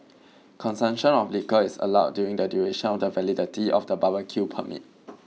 consumption of liquor is allowed during the duration of the validity of the barbecue permit